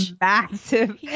massive